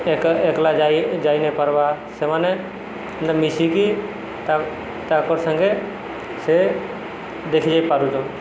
ଏକ ଏକଲା ଯାଇ ଯାଇନାଇଁ ପାର୍ବା ସେମାନେ ମିଶିକି ତା ତାଙ୍କର୍ ସାଙ୍ଗେ ସେ ଦେଖି ଯାଇ ପାରୁଛନ୍